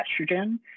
estrogen